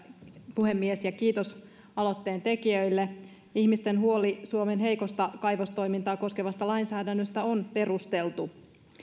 puhemies ja kiitos aloitteen tekijöille ihmisten huoli suomen heikosta kaivostoimintaa koskevasta lainsäädännöstä on perusteltu